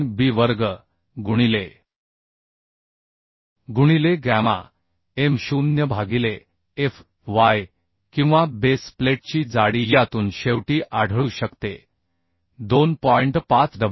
3b वर्ग गुणिले गुणिले गॅमा m0 भागिले f y किंवा बेस प्लेटची जाडी यातून शेवटी आढळू शकते 2